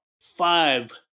five